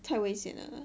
太危险了